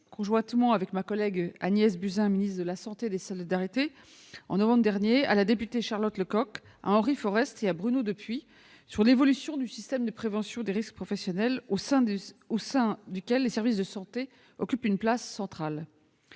conjointement avec ma collègue Agnès Buzyn, ministre des solidarités et de la santé, à la députée Charlotte Lecocq, à Henri Forest et à Bruno Dupuis sur l'évolution du système de prévention des risques professionnels, au sein duquel les services de santé au travail occupent une place centrale.